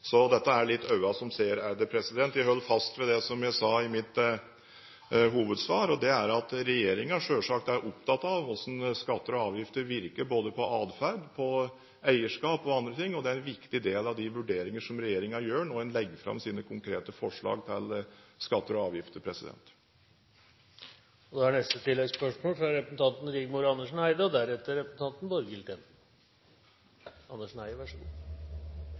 Så dette er litt øynene som ser. Jeg holder fast ved det som jeg sa i mitt hovedsvar, og det er at regjeringen selvsagt er opptatt av hvordan skatter og avgifter virker både på adferd, på eierskap og på andre ting, og det er en viktig del av de vurderinger som regjeringen gjør når en legger fram sine konkrete forslag til skatter og avgifter. Rigmor Andersen Eide – til oppfølgingsspørsmål. På mandag var jeg på besøk hos den familieeide bedriften Oss-nor i Kristiansund, og